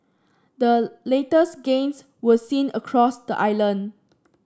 the latest gains were seen across the island